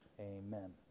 Amen